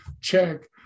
check